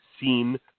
seen